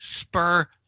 spur